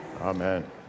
amen